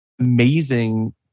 amazing